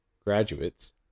graduates